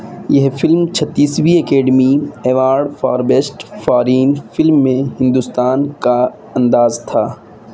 یہ فلم چھتیسویں academy award for best foreign film میں ہندوستان کا انداز تھا